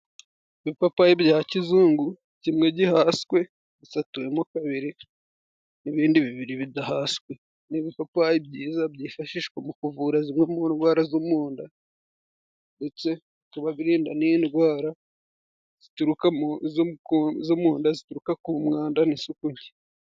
Ibipapayi bya kizungu, kimwe gihaswe gisatuwemo kabiri ,n'ibindi bibiri bidahaswe. Ni ibipapayi byiza byifashishwa mu kuvura zimwe mu ndwara zo munda ,,ndetse bikaba birinda n'indwara zo mu nda zituruka ku mwanda n'isuku nke.